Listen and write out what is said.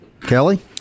Kelly